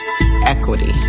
Equity